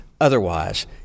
otherwise